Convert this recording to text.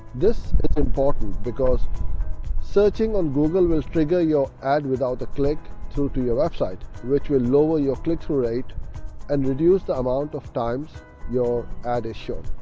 this is important because searching on google will trigger your ad without a click through to your website, which will lower yeah your clickthrough rate and reduce the amount of times your ad is shown.